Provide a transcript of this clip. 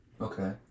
Okay